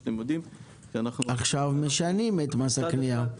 עכשיו משנים את מס הקנייה.